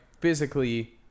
physically